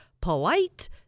polite